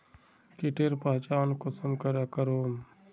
कीटेर पहचान कुंसम करे करूम?